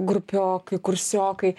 grupiokai kursiokai